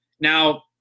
Now